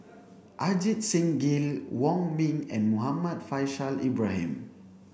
Ajit Singh Gill Wong Ming and Muhammad Faishal Ibrahim